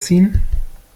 ziehen